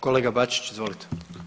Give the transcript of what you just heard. Kolega Bačić izvolite.